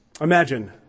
Imagine